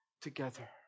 together